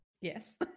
yes